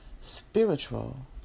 Spiritual